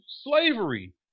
slavery